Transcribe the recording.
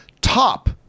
top